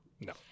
No